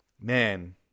man